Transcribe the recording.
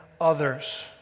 others